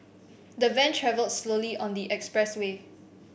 the van travelled slowly on the expressway